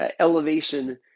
elevation